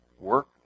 Work